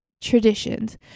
Traditions